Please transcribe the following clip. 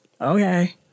okay